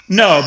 no